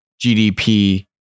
GDP